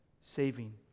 saving